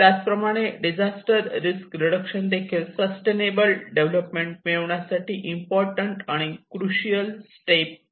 त्याचप्रमाणे disaster risk reduction हीदेखील sustainable development मिळवण्यासाठी इम्पॉर्टंट आणि कृशिअल स्टेप आहे